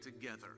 together